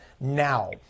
now